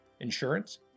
insurance